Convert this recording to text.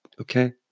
okay